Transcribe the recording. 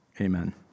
amen